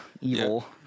Evil